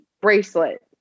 bracelet